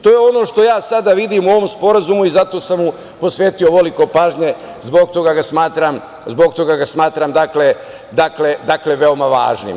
To je ono što ja sada vidim u ovom sporazumu i zato sam mu posvetio ovoliko pažnje, zbog toga ga smatram veoma važnim.